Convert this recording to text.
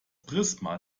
prisma